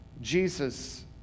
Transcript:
Jesus